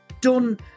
done